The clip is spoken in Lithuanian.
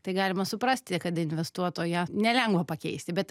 tai galima suprasti kad investuotoją nelengva pakeisti bet